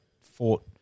fought